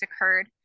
occurred